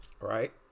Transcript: right